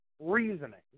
reasoning